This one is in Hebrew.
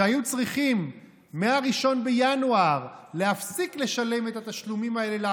שהיו צריכים מ-1 בינואר להפסיק לשלם את התשלומים האלה,